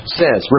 says